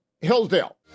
Hillsdale